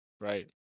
right